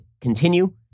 continue